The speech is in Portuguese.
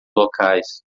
locais